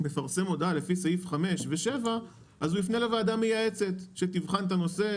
מפרסם הודעה לפי סעיף 5 ו-7 הוא יפנה לוועדה מייעצת שתבחן את הנושא.